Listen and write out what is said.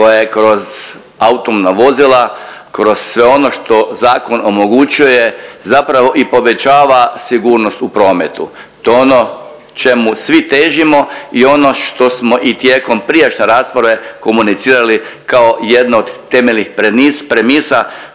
koje kroz autonomna vozila, kroz sve ono što zakon omogućuje zapravo i povećava sigurnost u prometu, to je ono čemu svi težimo i ono što smo i tijekom prijašnje rasprave komunicirali kao jedno od temeljnih premisa